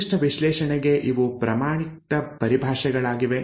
ನಿರ್ದಿಷ್ಟ ವಿಶ್ಲೇಷಣೆಗೆ ಇವು ಪ್ರಮಾಣಿತ ಪರಿಭಾಷೆಗಳಾಗಿವೆ